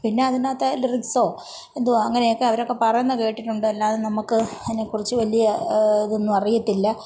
പിന്നെ അതിനകത്തെ ലിറിക്സോ എന്തുവാ അങ്ങനെയൊക്കെ അവരൊക്കെ പറയുന്ന കേട്ടിട്ടുണ്ട് അല്ലാതെ നമുക്ക് അതിനെക്കുറിച്ച് വലിയ ഇതൊന്നും അറിയത്തില്ല